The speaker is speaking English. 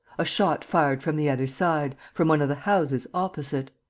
a shot fired from the other side, from one of the houses opposite.